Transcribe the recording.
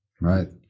right